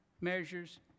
measures